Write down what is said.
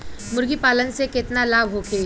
मुर्गीपालन से केतना लाभ होखे?